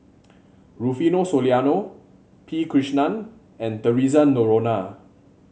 Rufino Soliano P Krishnan and Theresa Noronha